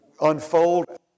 unfold